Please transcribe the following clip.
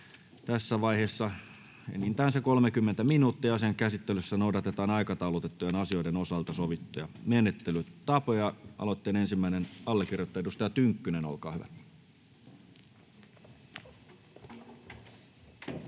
varataan ensi alkuun 30 minuuttia. Asian käsittelyssä noudatetaan aikataulutettujen asioiden osalta sovittuja menettelytapoja. — Aloitteen ensimmäinen allekirjoittaja, edustaja Tynkkynen, olkaa hyvä. Kiitoksia,